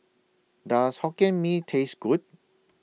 Does Hokkien Mee Taste Good